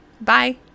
Bye